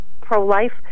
pro-life